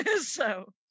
So-